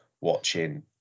watching